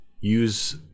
use